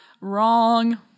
wrong